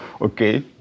okay